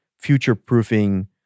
future-proofing